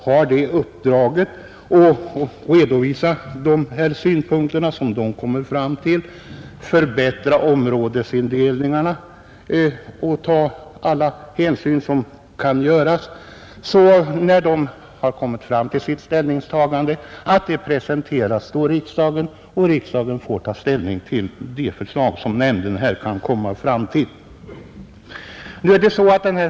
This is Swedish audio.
När den redovisar de synpunkter som den har kommit fram till kommer riksdagen att få ta ställning till de förslag som kan föranledas därav.